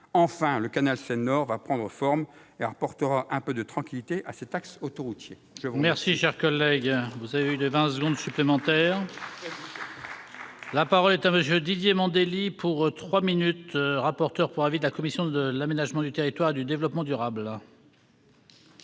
vois le canal Seine-Nord prendre forme et apporter un peu de tranquillité à cet axe autoroutier